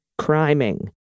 criming